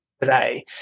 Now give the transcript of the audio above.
today